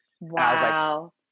Wow